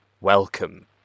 Welcome